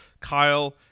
Kyle